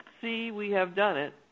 see-we-have-done-it